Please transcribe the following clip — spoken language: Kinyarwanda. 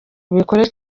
ubikore